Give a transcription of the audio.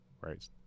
right